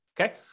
okay